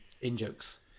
in-jokes